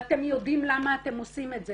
ואתם יודעים למה אתם עושים את זה,